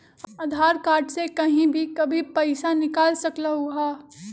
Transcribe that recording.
आधार card से कहीं भी कभी पईसा निकाल सकलहु ह?